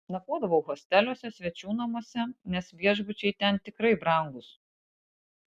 nakvodavau hosteliuose svečių namuose nes viešbučiai ten tikrai brangūs